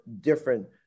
different